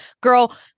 girl